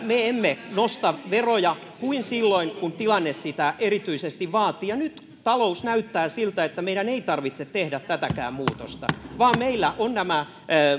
me emme nosta veroja kuin silloin kun tilanne sitä erityisesti vaatii ja nyt talous näyttää siltä että meidän ei tarvitse tehdä tätäkään muutosta vaan meillä ovat